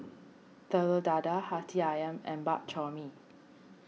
Telur Dadah Hati Ayam and Bak Chor Mee